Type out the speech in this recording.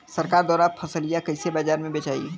सरकार द्वारा फसलिया कईसे बाजार में बेचाई?